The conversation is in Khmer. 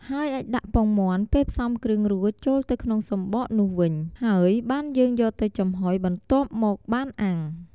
ហើយអាចដាក់ពងមាន់ពេលផ្សំគ្រឿងរួចចូលទៅក្នុងសំបកនោះវិញ ហើយបានយើងយកទៅចំហុយបន្ទាប់មកបានអាំង។